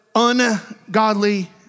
ungodly